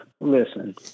Listen